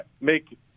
make